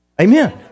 Amen